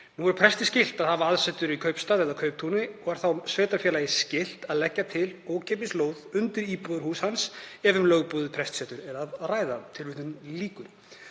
Nú er presti skylt að hafa aðsetur í kaupstað eða kauptúni og er þá sveitarfélagi skylt að leggja til ókeypis lóð undir íbúðarhús hans ef um lögboðið prestssetur er að ræða.“ Málið var